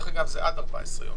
זה עד 14 יום.